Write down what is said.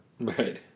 Right